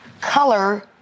color